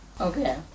Okay